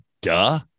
duh